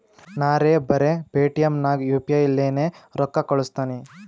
ನಾರೇ ಬರೆ ಪೇಟಿಎಂ ನಾಗ್ ಯು ಪಿ ಐ ಲೇನೆ ರೊಕ್ಕಾ ಕಳುಸ್ತನಿ